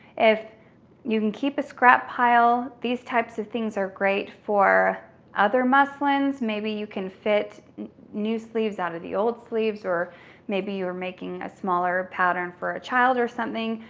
if you can keep scrap pile, these types of things are great for other muslins, maybe you can fit new sleeves out of the old sleeves, or maybe you were making a smaller pattern for a child or something,